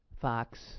Fox